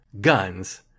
guns